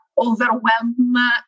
overwhelm